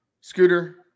Scooter